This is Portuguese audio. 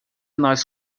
nós